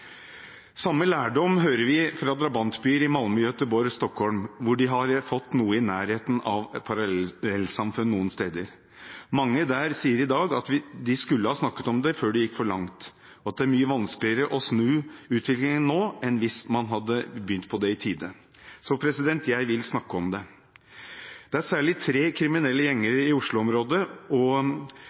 Samme lærdom hører vi fra drabantbyer i Malmø, Gøteborg og Stockholm, hvor de har fått noe i nærheten av et parallellsamfunn noen steder. Mange der sier i dag at de skulle ha snakket om det før det gikk for langt, og at det er mye vanskeligere å snu utviklingen nå enn hvis man hadde begynt med det i tide. – Så jeg vil snakke om det. Det er særlig tre kriminelle gjenger i Oslo-området og